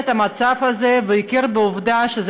כאשת קבע לשעבר,